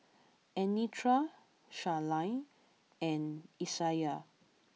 Anitra Charline and Isaiah